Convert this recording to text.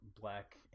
black